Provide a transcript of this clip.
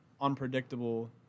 unpredictable